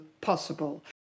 possible